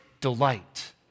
delight